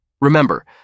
Remember